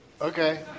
Okay